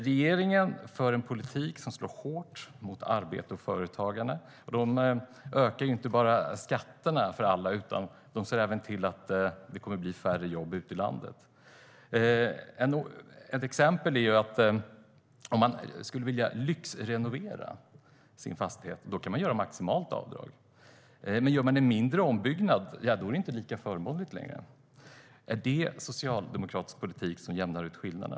Regeringen för en politik som slår hårt mot arbete och företagande. Man ökar inte bara skatterna för alla, utan man ser även till att det kommer att bli färre jobb ute i landet. Låt mig ge ett exempel. Om man vill lyxrenovera sin fastighet kan man göra maximalt avdrag. Men om man gör en mindre ombyggnad är det inte lika förmånligt längre. Är det socialdemokratisk politik som jämnar ut skillnader?